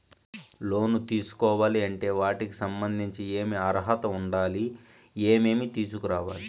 లోను తీసుకోవాలి అంటే వాటికి సంబంధించి ఏమి అర్హత ఉండాలి, ఏమేమి తీసుకురావాలి